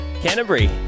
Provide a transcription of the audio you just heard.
Canterbury